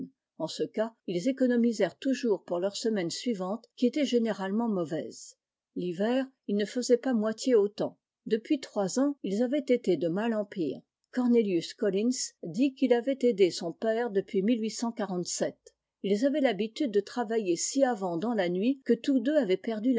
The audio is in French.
en ce cas ils économisèrent toujours pour leur semaine suivante qui était gêné ralement mauvaise l'hiver ils ne se faisaient pas moitié autant depuis trois ans ils avaient été de mal i en pire corné ius collins dit qu'il avait aidé son père depuis ils avaient l'habitude de travailler si avant dans la nuit que tous deux avaient per